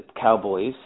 Cowboys